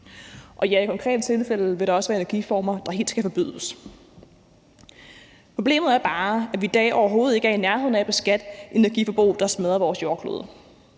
ja, i konkrete tilfælde vil der også være energiformer, der helt skal forbydes. Problemet er bare, at vi i dag overhovedet ikke er i nærheden af at beskatte energiforbrug, der smadrer vores jordklode.